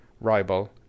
Rival